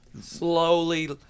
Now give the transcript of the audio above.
slowly